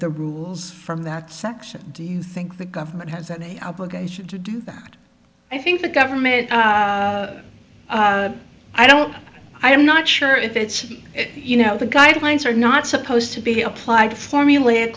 the rules from that section do you think the government has an obligation to do that i think the government i don't i am not sure if it's you know the guidelines are not supposed to be applied formulaic